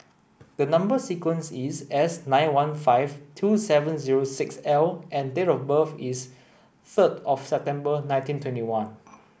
the number sequence is S nine one five two seven zero six L and date of birth is third of September nineteen twenty one